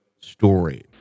story